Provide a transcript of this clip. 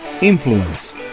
Influence